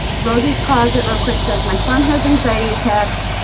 rosie's closet real quick says my son has anxiety attacks